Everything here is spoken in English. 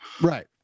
Right